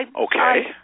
Okay